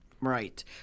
Right